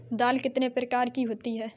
दाल कितने प्रकार की होती है?